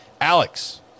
alex